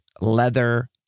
leather